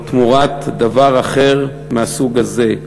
או תמורת דבר אחר מהסוג הזה.